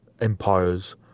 Empires